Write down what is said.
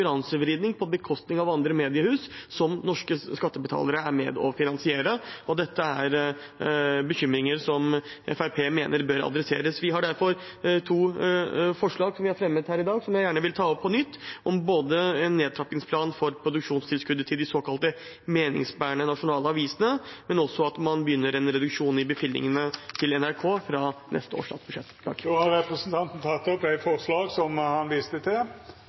på bekostning av andre mediehus som norske skattebetalere er med på å finansiere. Dette er bekymringer som Fremskrittspartiet mener bør tas tak i. Vi har derfor to forslag, som vi har fremmet her i dag, som jeg gjerne vil ta opp – om en nedtrappingsplan for å fjerne produksjonstilskuddet til de såkalt meningsbærende nasjonale avisene, og at man begynner å legge inn en reduksjon i bevilgningene til NRK fra neste års statsbudsjett. Då har representanten Himanshu Gulati teke opp dei forslaga han refererte til.